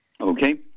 Okay